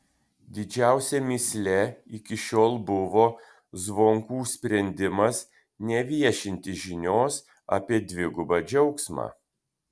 didžiausia mįsle iki šiol buvo zvonkų sprendimas neviešinti žinios apie dvigubą džiaugsmą